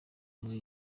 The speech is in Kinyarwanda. muri